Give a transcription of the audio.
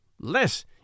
less